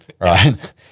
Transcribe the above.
right